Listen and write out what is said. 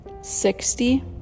sixty